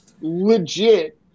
legit